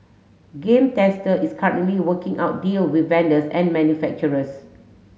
Game Tester is currently working out deal with vendors and manufacturers